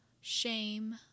shame